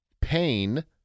pain